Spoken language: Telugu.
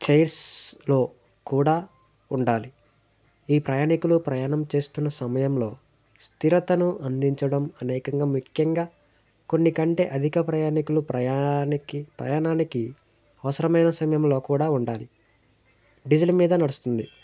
చెయిర్స్లో కూడా ఉండాలి ఈ ప్రయాణికులు ప్రయాణం చేస్తున్న సమయంలో స్థిరతను అందించడం అనేకంగా ముఖ్యంగా కొన్ని కంటే అధిక ప్రయాణికులు ప్రయాణికి ప్రయాణానికి అవసరమైన సమయంలో కూడా ఉండాలి డీజిల్ మీద నడుస్తుంది